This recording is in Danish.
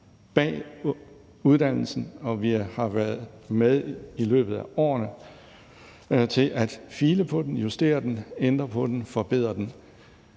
bag uddannelsen, og vi har været med i løbet af årene til at file på den, justere den, ændre på den, forbedre den.